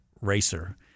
racer